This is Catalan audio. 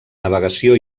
navegació